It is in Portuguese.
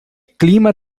clima